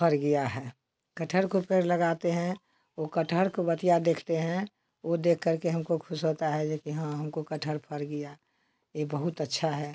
फल गया है कटहल को पेड़ लगाते हैं उस कटहल को बतिया देखते है वह देख कर के हमको खुश होता है जे कि हाँ हमको कटहल फल गया यह बहुत अच्छा है